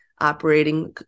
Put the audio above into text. Operating